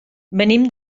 venim